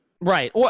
Right